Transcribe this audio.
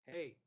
Hey